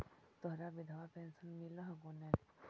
तोहरा विधवा पेन्शन मिलहको ने?